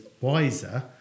wiser